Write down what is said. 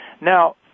Now